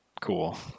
cool